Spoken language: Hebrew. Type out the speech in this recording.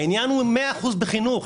העניין הוא 100% תלוי חינוך,